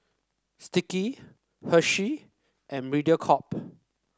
Sticky Hershey and Mediacorp